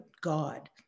God